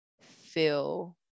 feel